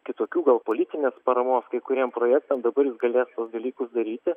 kitokių gal politinės paramos kai kuriem projektam dabar jis galės dalykus daryti